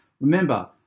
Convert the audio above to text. Remember